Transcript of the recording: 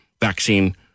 vaccine